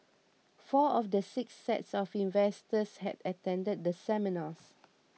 four of the six sets of investors had attended the seminars